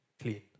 clean